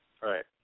Right